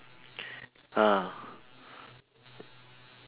ah